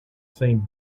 same